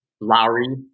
Lowry